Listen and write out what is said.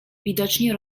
widocznie